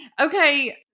okay